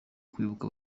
kwibuka